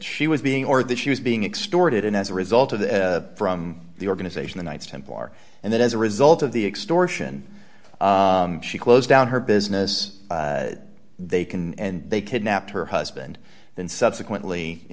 she was being or that she was being extorted and as a result of that from the organization the knights templar and that as a result of the extortion she closed down her business they can and they kidnapped her husband then subsequently you